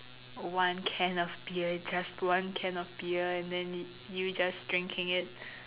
one can of beer it's just one can of beer and then you just drinking it